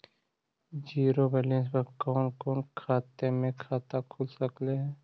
Zero balance पर कोन कोन बैंक में खाता खुल सकले हे?